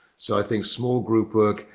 so i think small group work,